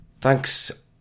thanks